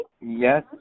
Yes